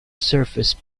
surface